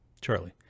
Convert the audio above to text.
Charlie